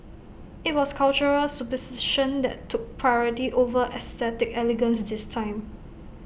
IT was cultural superstition that took priority over aesthetic elegance this time